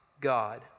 God